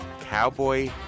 Cowboy